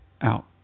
out